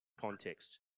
context